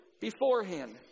beforehand